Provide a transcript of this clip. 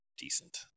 decent